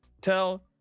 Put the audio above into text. tell